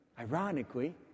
ironically